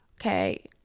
okay